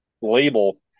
label